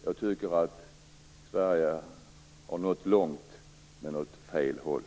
Jag tycker att Sverige har nått långt - men åt fel håll.